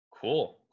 Cool